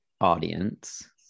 audience